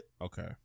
okay